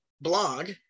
blog